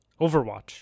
Overwatch